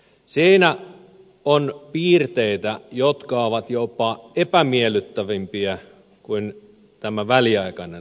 siinä on piirteitä jotka ovat jopa epämiellyttävämpiä kuin tässä väliaikaisessa rahastossa